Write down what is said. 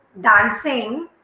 dancing